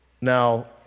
Now